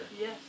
Yes